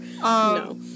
No